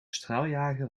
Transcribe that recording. straaljager